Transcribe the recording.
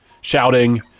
shouting